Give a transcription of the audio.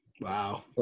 Wow